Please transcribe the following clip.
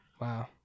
Wow